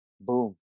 Boom